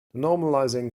normalizing